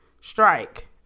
strike